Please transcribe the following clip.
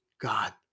God